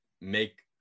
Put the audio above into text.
make